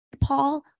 Paul